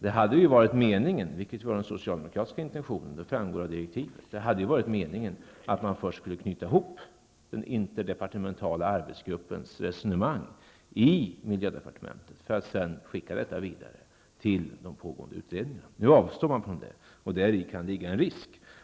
Det framgår av direktiven det var meningen, och även den socialdemokratiska intentionen, att man först skulle knyta ihop den interdepartementala arbetsgruppens resonemang i miljödepartementet, för att sedan skicka det hela vidare till de pågående utredningarna. Nu avstår man från det, och däri kan ligga en risk.